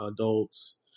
adults